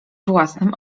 własnym